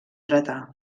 dretà